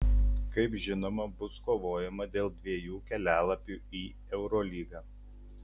kaip žinoma bus kovojama dėl dviejų kelialapių į eurolygą